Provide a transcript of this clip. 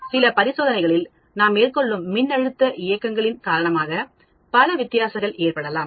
சில பரிசோதனைகளில் நாம் மேற்கொள்ளும் மின்னழுத்த இயக்கங்களின் காரணமாகவும் பல வித்தியாசங்கள் ஏற்படலாம்